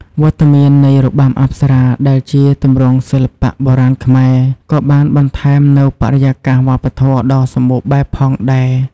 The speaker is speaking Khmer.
វត្តមាននៃរបាំអប្សរា ដែលជាទម្រង់សិល្បៈបុរាណខ្មែរ ក៏បានបន្ថែមនូវបរិយាកាសវប្បធម៌ដ៏សម្បូរបែបផងដែរ។